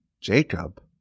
Jacob